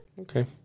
Okay